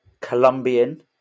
Colombian